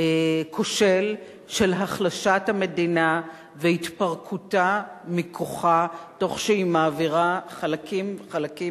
כושל של החלשת המדינה והתפרקותה מכוחה תוך שהיא מעבירה חלקים-חלקים